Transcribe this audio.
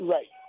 Right